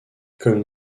comme